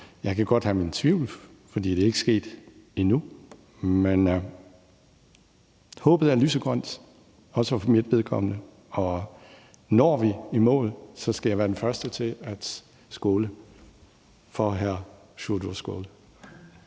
Jeg kan godt have mine tvivl, for det er ikke sket endnu. Men håbet er lysegrønt, også for mit vedkommende, og når vi i mål, skal jeg være den første til at skåle for hr. Sjúrður Skaale.